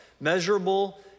Measurable